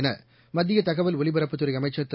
எனமத்தியதகவல் ஒலிபரப்புத்துறைஅமைச்சர் திரு